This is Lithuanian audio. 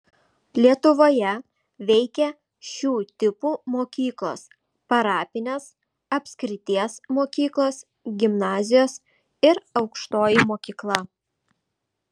lietuvoje veikė šių tipų mokyklos parapinės apskrities mokyklos gimnazijos ir aukštoji mokykla